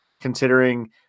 considering